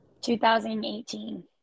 2018